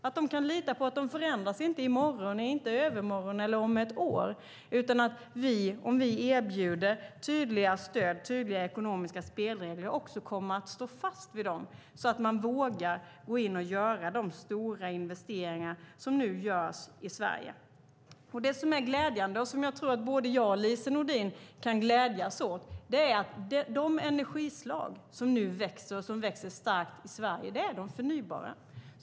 De ska kunna lita på att villkoren inte förändras i morgon, i övermorgon eller om ett år utan att vi om vi erbjuder tydliga stöd och tydliga ekonomiska spelregler också kommer att stå fast vid dem, så att man vågar gå in och göra de stora investeringar som nu görs i Sverige. Det som är glädjande och som jag tror att både jag och Lise Nordin kan glädjas åt är att de energislag som nu växer och som växer starkt i Sverige är de förnybara.